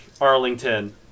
Arlington